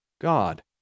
God